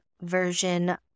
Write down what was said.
version